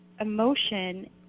emotion